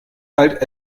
halt